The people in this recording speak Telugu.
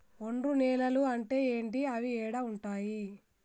ఒండ్రు నేలలు అంటే ఏంటి? అవి ఏడ ఉంటాయి?